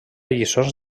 lliçons